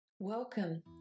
Welcome